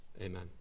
amen